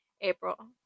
April